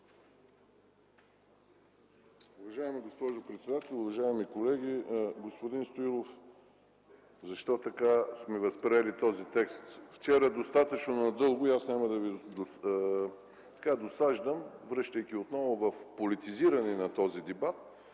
Уважаема госпожо председател, уважаеми колеги! Господин Стоилов, защо така сме възприели този текст? Вчера достатъчно надълго и аз няма да ви досаждам, връщайки се отново в политизиране на този дебат,